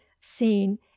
seen